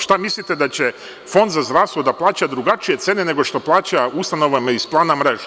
Šta mislite, da će Fond za zdravstvo da plaća drugačije cene nego što plaća Ustanovama iz Plana mreže?